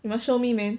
you must show me man